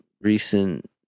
recent